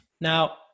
Now